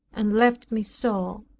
and left me so,